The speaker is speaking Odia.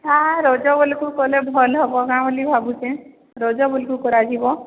ହଁ ରଜ ବେଳକୁ କଲେ ଭଲ ହେବ କ'ଣ ବୋଲି ଭାବୁଛି ରଜ ବେଳକୁ କରାଯିବ